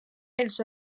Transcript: els